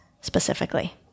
specifically